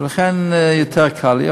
ולכן יותר קל לי.